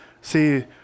See